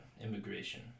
immigration